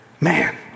Man